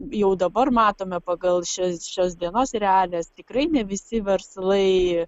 jau dabar matome pagal šias šios dienos realijas tikrai ne visi verslai